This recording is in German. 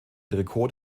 trikot